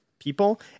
people